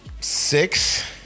six